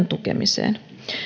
tukemiseen